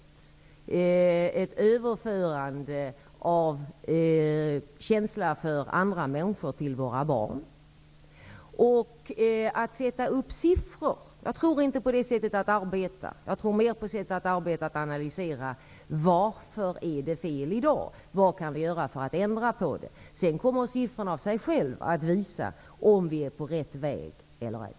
Vi måste överföra en känsla för andra människor till våra barn. Jag tror inte på att sätta upp siffror. Jag tror mer på att analysera varför det är fel i dag och vad vi kan göra för att ändra på det. Sedan kommer siffrorna att visa om vi är på rätt väg eller ej.